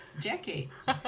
decades